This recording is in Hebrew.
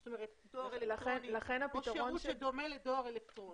או שירות שדומה לדואר אלקטרוני